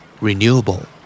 Renewable